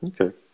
Okay